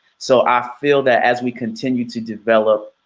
so i feel that as we continue to develop,